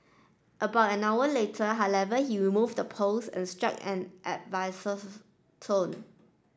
about an hour later however he removed the post and struck an tone